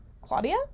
Claudia